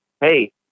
hey